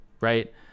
right